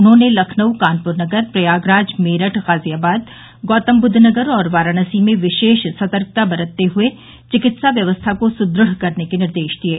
उन्होंने लखनऊ कानपुर नगर प्रयागराज मेरठ गाजियाबाद गौतमब्द्वनगर और वाराणसी में विशेष सतर्कता बरतते हुए चिकित्सा व्यवस्था को सुदृढ़ करने के निर्देश दिये